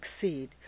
succeed